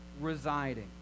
residing